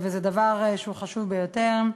וזה דבר שהוא חשוב ביותר,